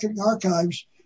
archives